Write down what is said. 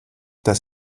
dass